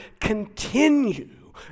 Continue